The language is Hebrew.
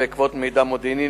בעקבות מידע מודיעיני,